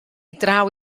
draw